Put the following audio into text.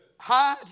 hide